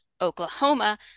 Oklahoma